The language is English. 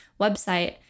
website